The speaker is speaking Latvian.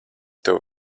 tev